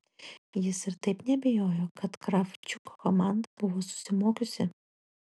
jis ir taip neabejojo kad kravčiuko komanda buvo susimokiusi